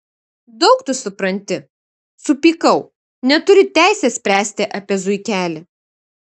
daug tu supranti supykau neturi teisės spręsti apie zuikelį